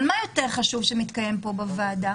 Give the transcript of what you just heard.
אבל הדבר הכי חשוב שמתקיים כאן בוועדה